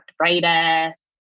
arthritis